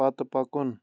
پتہٕ پکُن